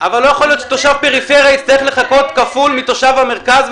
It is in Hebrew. אבל לא יכול להיות שתושב פריפריה יצטרך לחכות כפול מתושב המרכז,